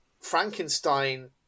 Frankenstein